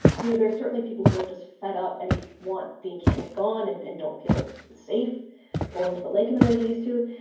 you know, there are certainly people who are just fed up and want the encampment gone and and don't feel safe going to the lake in the way they used to.